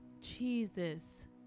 Jesus